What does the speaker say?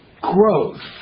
growth